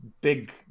big